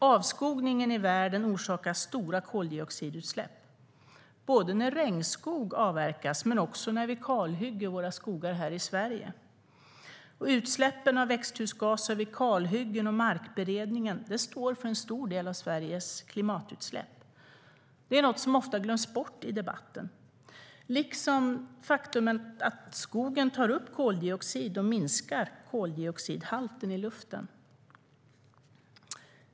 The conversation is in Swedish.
Avskogningen i världen orsakar stora koldioxidutsläpp både när regnskog avverkas och när vi kalhugger våra skogar här i Sverige. Utsläppen av växthusgaser vid kalhyggen och markberedning står för en stor del av Sveriges klimatutsläpp. Det är något som ofta glöms bort i debatten, liksom det faktum att skogen tar upp koldioxid och minskar koldioxidhalten i luften.